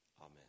Amen